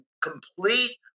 complete